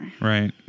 Right